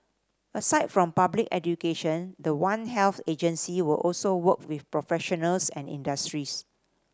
aside from public education the One Health agency will also work with professionals and industries